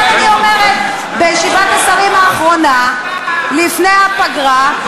לכן אני אומרת, בישיבת השרים האחרונה לפני הפגרה,